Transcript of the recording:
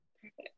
Perfect